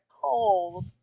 cold